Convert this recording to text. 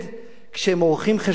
כשהם עורכים חשבון-נפש,